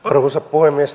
arvoisa puhemies